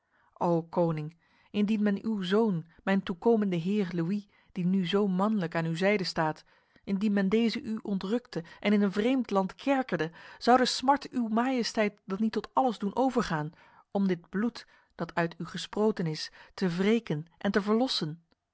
o koning indien men uw zoon mijn toekomende heer louis die nu zo manlijk aan uw zijde staat indien men deze u ontrukte en in een vreemd land kerkerde zou de smart uw majesteit dan niet tot alles doen overgaan om dit bloed dat uit u gesproten is te wreken en te verlossen